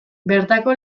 bertako